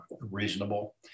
reasonable